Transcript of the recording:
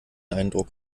eindruck